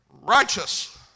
righteous